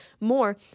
more